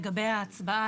לגבי ההצעה,